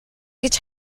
гэж